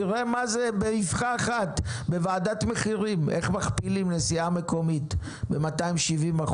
תראה מה זה באבחה אחת בוועדת מחירים איך מכפילים נסיעה מקומית ב-270%,